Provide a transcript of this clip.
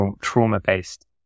trauma-based